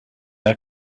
are